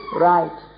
right